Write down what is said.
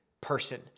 person